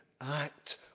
act